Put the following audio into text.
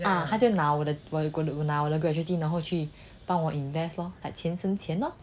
ah 他就拿我的 gratuity 然后去帮我 invest lor 就钱生钱 lor